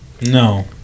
no